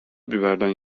biberden